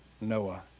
Noah